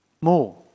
More